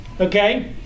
Okay